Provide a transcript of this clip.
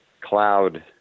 cloud